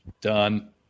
done